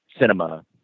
cinema